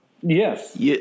Yes